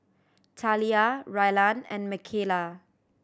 Taliyah Rylan and Makayla